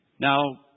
Now